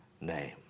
name